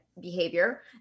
behavior